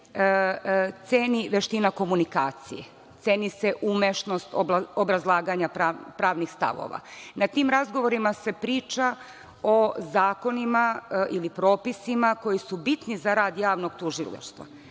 ceni veština komunikacije, ceni se umešnost obrazlaganja pravnih stavova. Na tim razgovorima se priča o zakonima ili propisima koji su bitni za rad Javnog tužilaštva.